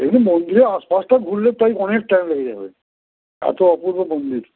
এসব মন্দিরের আসপাশটা ঘুরলে তাতেই অনেক টাইম হয়ে যাবে এতো অপূর্ব মন্দির